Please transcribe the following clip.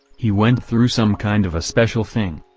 he went through some kind of a special thing.